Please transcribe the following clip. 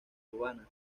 urbanas